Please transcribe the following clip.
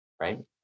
right